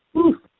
oof